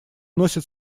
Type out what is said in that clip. носят